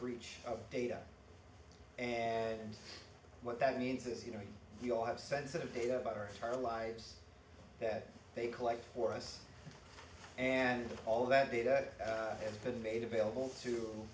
breach of data and what that means is you know we all have sensitive data about our our lives that they collect for us and all that data has been made available to